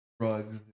drugs